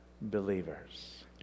believers